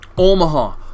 Omaha